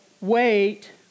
Wait